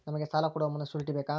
ನಮಗೆ ಸಾಲ ಕೊಡುವ ಮುನ್ನ ಶ್ಯೂರುಟಿ ಬೇಕಾ?